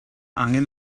angen